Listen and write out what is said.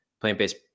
plant-based